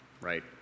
right